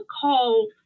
call